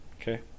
okay